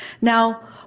Now